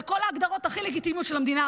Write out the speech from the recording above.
על כל ההגדרות הכי לגיטימיות של המדינה.